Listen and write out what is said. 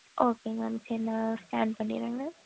ஓகேங்க மேம் சரி நான் ஸ்கேன் பண்ணிடுறேங்க மேம்